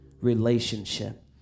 Relationship